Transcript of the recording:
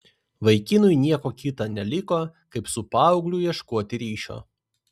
vaikinui nieko kita neliko kaip su paaugliu ieškoti ryšio